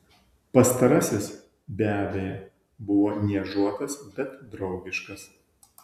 pastarasis be abejo buvo niežuotas bet draugiškas